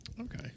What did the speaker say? okay